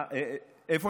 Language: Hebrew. מה, איפה